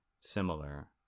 similar